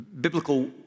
biblical